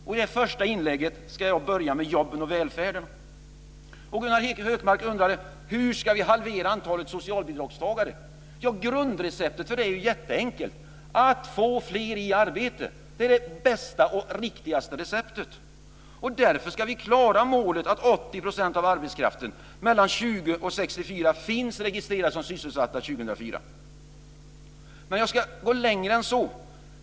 I det här första inlägget ska jag börja med jobben och välfärden. Gunnar Hökmark undrade hur vi ska halvera antalet socialbidragstagare. Grundreceptet är enkelt: att få fler i arbete. Det är det bästa och riktigaste receptet. Därför ska vi klara målet att 80 % av arbetskraften mellan 20 och 64 år finns registrerade som sysselsatta 2004. Jag ska gå längre än så.